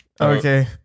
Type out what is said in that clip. Okay